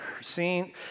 seen